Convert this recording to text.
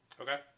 Okay